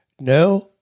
no